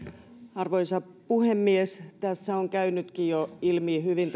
arvoisa puhemies tässä keskustelun aikana on käynytkin jo hyvin